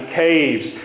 caves